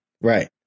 right